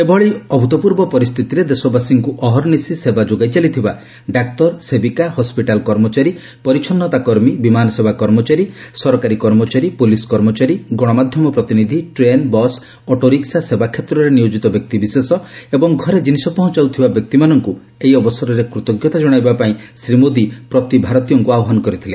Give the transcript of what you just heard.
ଏଭଳି ଅଭ୍ରତ୍ପୂର୍ବ ପରିସ୍ଥିତିରେ ଦେଶବାସୀଙ୍କୁ ଅହର୍ନିଶି ସେବା ଯୋଗାଇ ଚାଲିଥିବା ଡାକ୍ତରସେବିକା ହସ୍ପିଟାଲ କର୍ମଚାରୀ ପରିଚ୍ଚନୃତା କର୍ମୀ ବିମାନ ସେବା କର୍ମଚାରୀ ସରକାରୀ କର୍ମଚାରୀ ପୋଲିସ କର୍ମଚାରୀ ଗଣମାଧ୍ୟମ ପ୍ରତିନିଧି ଟ୍ରେନ ବସ୍ ଅଟୋରିକ୍ୱା ସେବା କ୍ଷେତ୍ରରେ ନିୟୋଜିତ ବ୍ୟକ୍ତିବିଶେଷ ଏବଂ ଘରେ ଜିନିଷ ପହଞ୍ଚାଉଥିବା ବ୍ୟକ୍ତିମାନଙ୍କୁ ଏହି ଅବସରରେ କୃତଜ୍ଞତା ଜଣାଇବା ପାଇଁ ଶ୍ରୀ ମୋଦୀ ପ୍ରତି ଭାରତୀୟଙ୍କୁ ଆହ୍ୱାନ କରିଛନ୍ତି